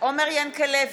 עומר ינקלביץ'